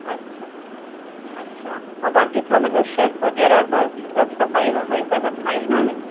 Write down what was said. अच्छा अच्छा और बाक़ी छा मतिलब शेफ़ वगै़रह छा मतिलब सफ़ाई वफ़ाई सां सभु ठाहींदा आहिनि